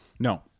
No